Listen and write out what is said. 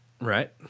Right